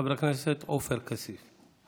חבר הכנסת עופר כסיף.